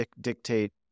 dictate